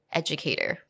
educator